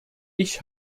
ich